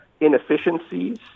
inefficiencies